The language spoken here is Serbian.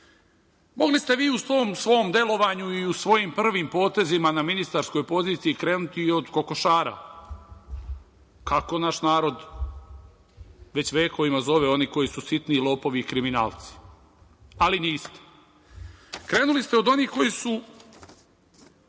ste vi, u tom svom delovanju i u svojim prvim potezima na ministarskoj poziciji krenuti i od kokošara, kako naš narod već vekovima zove one koji su sitni lopovi i kriminalci, ali niste. Krenuli ste od onih koji su,